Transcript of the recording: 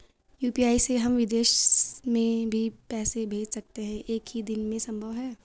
UPI से हम विदेश में भी पैसे भेज सकते हैं एक ही दिन में संभव है?